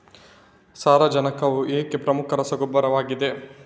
ಸಾರಜನಕವು ಏಕೆ ಪ್ರಮುಖ ರಸಗೊಬ್ಬರವಾಗಿದೆ?